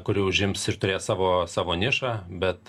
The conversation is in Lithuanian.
kuri užims ir turės savo savo nišą bet